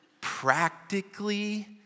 Practically